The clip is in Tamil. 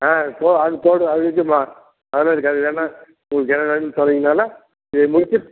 ஆ அது போ அது போடு அது இதுமா அதெல்லாம் இருக்காது வேணுனா உங்களுக்கு என்னென்ன வேணும்னு சொன்னிங்கன்னா இதை முடிச்சிட்டு